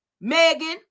Megan